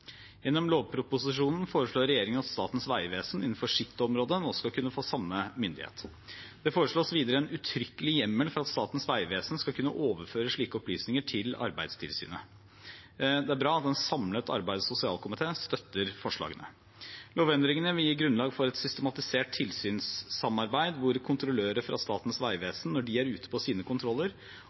Gjennom lovproposisjonen foreslår regjeringen at Statens vegvesen, innenfor sitt område, nå skal kunne få samme myndighet. Det foreslås videre en uttrykkelig hjemmel for at Statens vegvesen skal kunne overføre slike opplysninger til Arbeidstilsynet. Det er bra at en samlet arbeids- og sosialkomité støtter forslagene. Lovendringene vil gi grunnlag for et systematisert tilsynssamarbeid der kontrollører fra Statens vegvesen, når de er ute på sine kontroller,